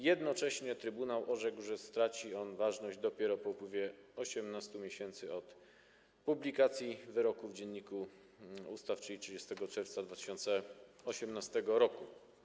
Jednocześnie trybunał orzekł, że straci on ważność dopiero po upływie 18 miesięcy od publikacji wyroku w Dzienniku Ustaw, czyli 30 czerwca 2018 r.